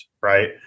right